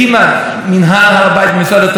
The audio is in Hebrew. ולאחל לו גם בהצלחה במאבק שלו.